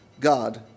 God